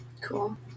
cool